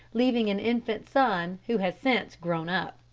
leaving an infant son, who has since grown up.